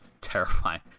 Terrifying